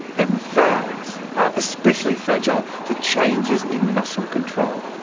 and vowels are especially fragile to changes in muscle control.